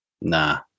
Nah